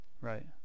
Right